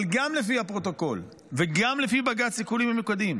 אבל גם לפי הפרוטוקול וגם לפי בג"ץ סיכולים ממוקדים,